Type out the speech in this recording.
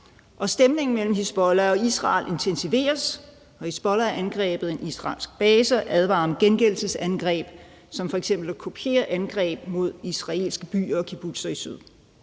Spændingerne mellem Hizbollah og Israel intensiveres, og Hizbollah har angrebet en israelsk base og advarer om gengældelsesangreb som f.eks. at kopiere angreb mod israelske byer og kibbutzer i syd.